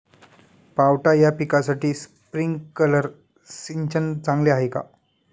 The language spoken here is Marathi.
पावटा या पिकासाठी स्प्रिंकलर सिंचन चांगले आहे का?